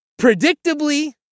Predictably